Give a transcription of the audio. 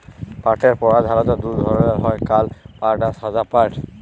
পাটের পরধালত দু ধরলের হ্যয় কাল পাট আর সাদা পাট